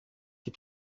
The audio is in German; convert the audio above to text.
die